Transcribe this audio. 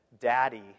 daddy